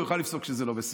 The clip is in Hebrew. הוא יוכל לפסוק שזה לא בסדר.